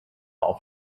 auf